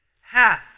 half